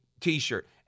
T-shirt